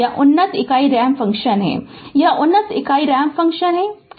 यह उन्नत इकाई रैंप फ़ंक्शन है यह उन्नत इकाई रैंप फ़ंक्शन है है ना